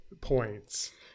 points